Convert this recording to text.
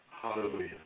Hallelujah